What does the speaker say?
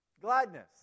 Gladness